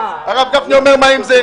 הרב גפני שאל מה עם זה?